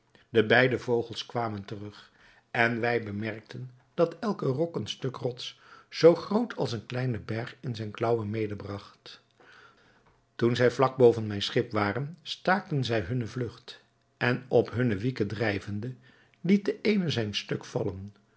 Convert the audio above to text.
de beide vogels kwamen terug en wij bemerkten dat elke rok een stuk rots zoo groot als een kleinen berg in zijne klaauwen medebragt toen zij vlak boven mijn schip waren staakten zij hunne vlugt en op hunne wieken drijvende liet de eene zijn stuk vallen